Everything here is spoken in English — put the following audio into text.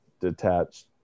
detached